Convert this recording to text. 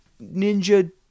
ninja